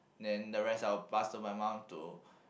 then the rest I will pass to my mum to